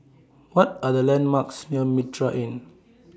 What Are The landmarks near Mitraa Inn